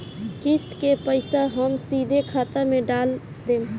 किस्त के पईसा हम सीधे खाता में डाल देम?